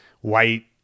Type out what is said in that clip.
white